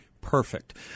Perfect